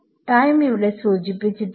time ഇവിടെ സൂചിപ്പിച്ചിട്ടില്ല